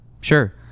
Sure